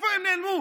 לאן הן נעלמו?